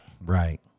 Right